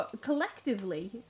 collectively